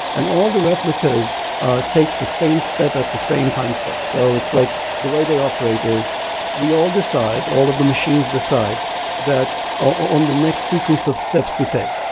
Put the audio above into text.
and all the replicas take the same step at the same time step so like the way they operate is we all decide, all of the machines decide that on the next sequence of steps to take.